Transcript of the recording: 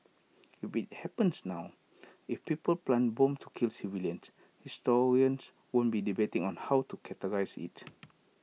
will be happens now if people plant bombs to kill civilians historians won't be debating on how to characterise IT